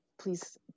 please